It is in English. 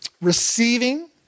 receiving